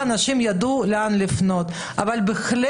כדי שאנשים יידעו לאן לפנות בעת מצוקה.